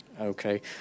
Okay